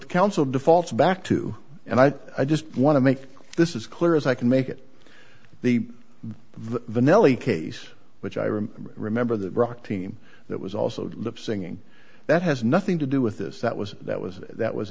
t counsel defaults back to and i i just want to make this is clear as i can make it the of the nellie case which i really remember that rock team that was also live singing that has nothing to do with this that was that was that was